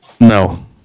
No